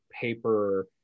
paper